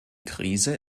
krise